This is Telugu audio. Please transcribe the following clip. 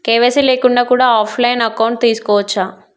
కే.వై.సీ లేకుండా కూడా ఆఫ్ లైన్ అకౌంట్ తీసుకోవచ్చా?